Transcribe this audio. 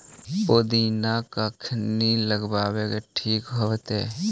पुदिना कखिनी लगावेला ठिक होतइ?